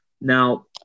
Now